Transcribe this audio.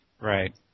right